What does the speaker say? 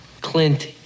Clint